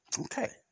Okay